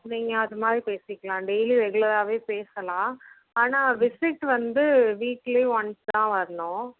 நீங்கள் அதுமாதிரி பேசிக்கலாம் டெய்லி ரெகுலராகவே பேசலாம் ஆனால் விசிட் வந்து வீக்லி ஒன்ஸ் தான் வரணும்